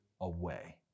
away